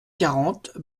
quarante